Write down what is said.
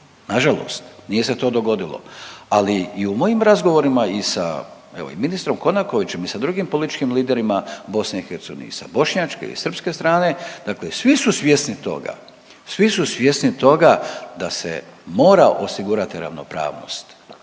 Na žalost nije se to dogodilo. Ali i u mojim razgovorima i sa evo i ministrom Konakovićem i sa drugim političkim liderima BIH i sa bošnjačke i srpske strane dakle svi su svjesni toga, svi su svjesni toga da se mora osigurati ravnopravnost.